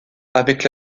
avec